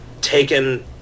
taken